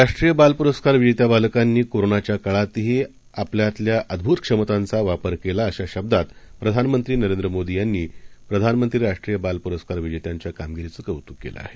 राष्ट्रीयबालपुरस्कारविजेत्याबालकांनीकोरोनाच्याकाळातहीआपल्याल्याअद्धूतक्षमतांचावापरकेलाअशाशब्दातप्रधानमंत्रीनरेंद्रमो दीयांनीप्रधानमंत्रीराष्ट्रीयबालपुरस्कारविजेत्यांच्याकामगिरीचंकौतुककेलंआहे